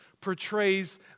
portrays